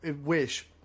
wish